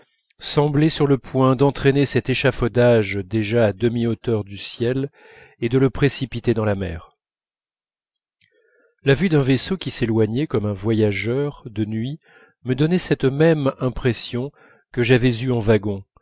semblaient sur le point d'entraîner cet échafaudage déjà à demi hauteur du ciel et de le précipiter dans la mer la vue d'un vaisseau qui s'éloignait comme un voyageur de nuit me donnait cette même impression que j'avais eue en wagon